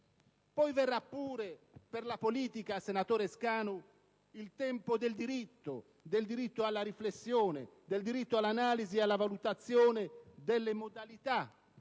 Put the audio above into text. Poi verrà pure per la politica, senatore Scanu, il tempo del diritto alla riflessione, del diritto all'analisi e alla valutazione delle modalità